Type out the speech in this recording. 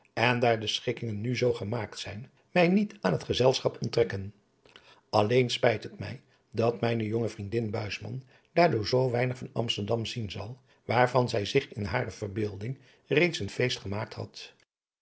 en daar de schikkingen nu zoo gemaakt zijn mij niet aan het gezelschap onttrekken allen spijt het mij dat mijne jonge vriendin adriaan loosjes pzn het leven van hillegonda buisman buisman daardoor zoo weinig van amsterdam zien zal waarvan zij zich in hare verbeelding reeds een feest gemaakt had